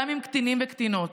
גם עם קטינים וקטינות".